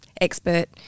expert